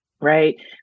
right